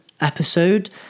episode